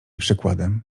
przykładem